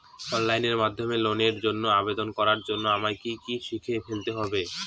Online মাধ্যমে লোনের জন্য আবেদন করার জন্য আমায় কি কি শিখে ফেলতে হবে?